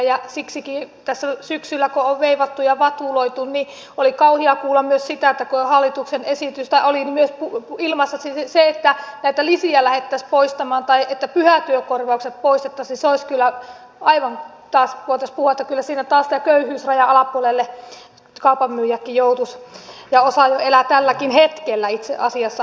ja siksikin kun tässä syksyllä on veivattu ja vatuloitu oli kauheaa kuulla myös siitä että oli ilmassa myös se että näitä lisiä lähdettäisiin poistamaan tai että pyhätyökorvaukset poistettaisiin voitaisiin puhua että kyllä siinä taas köyhyysrajan alapuolelle kaupan myyjätkin joutuisivat ja osa elää jo tälläkin hetkellä itse asiassa